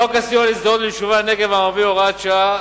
חוק סיוע לשדרות וליישובי הנגב המערבי (הוראת שעה),